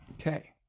Okay